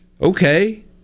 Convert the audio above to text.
okay